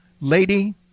Lady